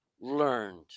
learned